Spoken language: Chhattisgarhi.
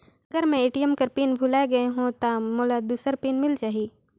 अगर मैं ए.टी.एम कर पिन भुलाये गये हो ता मोला दूसर पिन मिल जाही?